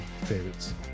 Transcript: favorites